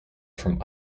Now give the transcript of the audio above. from